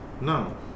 No